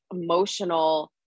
emotional